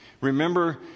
Remember